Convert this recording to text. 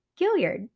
Gilliard